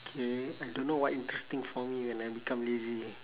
okay I don't know what interesting for me when I become lazy